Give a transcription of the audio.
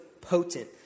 potent